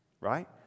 Right